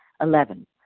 Eleven